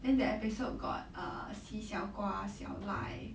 then the episode got err xi xiao gua xiao lai